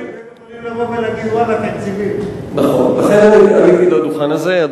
לבוא ולהגיד, נכון, לכן עליתי לדוכן הזה.